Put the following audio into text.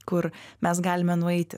kur mes galime nueiti